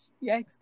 Yes